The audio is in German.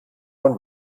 von